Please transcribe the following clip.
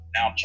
Now